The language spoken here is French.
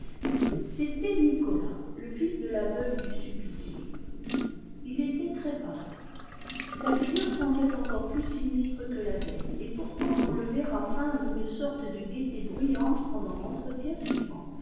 c'était nicolas le fils de la veuve du supplicié il était très-pâle sa figure semblait encore plus sinistre que la veille et pourtant on le verra feindre une sorte de gaieté bruyante pendant l'entretien suivant